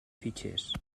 fitxers